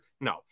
No